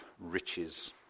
riches